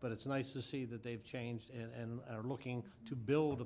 but it's nice to see that they've changed and are looking to build